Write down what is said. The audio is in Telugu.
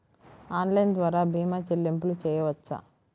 ఆన్లైన్ ద్వార భీమా చెల్లింపులు చేయవచ్చా?